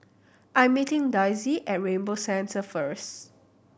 I'm meeting Daisie at Rainbow Centre first